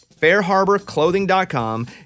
Fairharborclothing.com